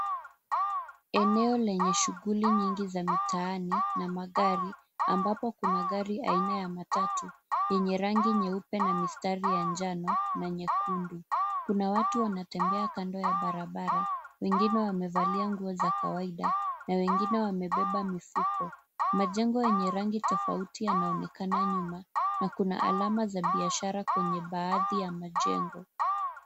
Eneo lenye shughuli nyingi za mitaani na magari, ambapo kuna gari aina ya matatu yenye rangi nyeupe na mistari ya njano na nyekundu. Kuna watu wanatembea kando ya barabara; wengine wamevalia nguo za kawaida na wengine wamebeba mifuko. Majengo yenye rangi tofauti yanaonekana nyuma, na kuna alama za biashara kwenye baadhi ya majengo.